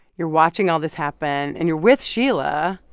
you're watching all this happen. and you're with sheila.